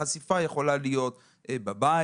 החשיפה יכולה להיות בבית,